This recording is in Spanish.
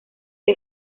que